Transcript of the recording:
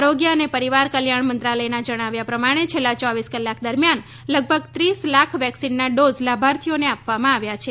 આરોગ્ય અને પરિવાર કલ્યાણ મંત્રાલયનાં જણાવ્યા પ્રમાણે છેલ્લા ચોવીસ કલાક દરમિયાન લગભગ ત્રીસ લાખ વેક્સીનનાં ડોઝ લાભાર્થીઓને આપવામાં આવ્યા છે